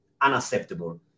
unacceptable